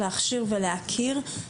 נתון אחד שחסר לנו פה ואני מחכה לשמוע אותו,